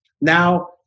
now